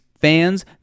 fans